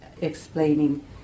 explaining